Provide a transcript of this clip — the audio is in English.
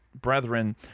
brethren